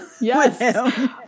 Yes